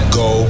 go